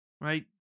right